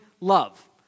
love